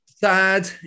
Sad